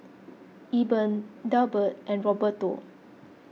Eben Delbert and Roberto